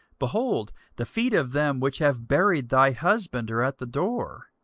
behold, the feet of them which have buried thy husband are at the door,